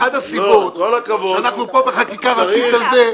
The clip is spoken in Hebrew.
אחת הסיבות שאנחנו בחקיקה ראשית על זה,